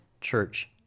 church